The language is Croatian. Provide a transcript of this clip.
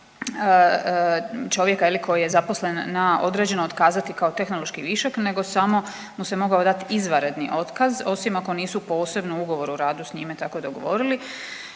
čovjeka je li koji je zaposlen na određeno otkazati kao tehnološki višak nego samo mu se mogao dat izvanredni otkaz osim ako nisu posebno ugovorom o radu s njime tako dogovorili.